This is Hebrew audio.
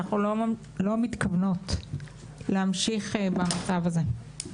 שאנחנו לא מתכוונות להמשיך במצב הזה.